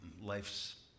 life's